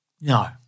No